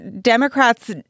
Democrats